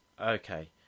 Okay